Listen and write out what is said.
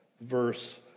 verse